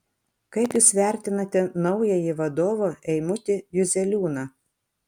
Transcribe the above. kaip jūs vertinate naująjį vadovą eimutį juzeliūną